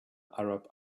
arab